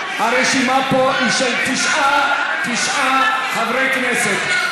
הרשימה פה היא של תשעה חברי כנסת.